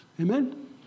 Amen